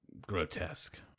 grotesque